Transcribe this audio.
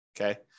Okay